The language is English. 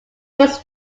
was